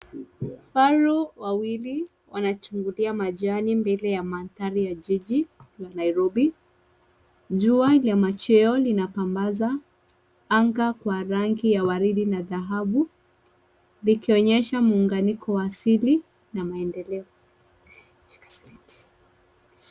Vifaru wawili wanachungulia majani mbele ya mandhari ya jiji la Nairobi. Jua la macheo lina pambaza anga kwa rangi ya waridi na dhahabu likionyesha muangaiko wa asili na maendeleo.